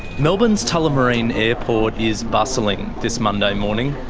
melbourne's tullamarine airport is bustling this monday morning,